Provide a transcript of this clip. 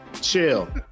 chill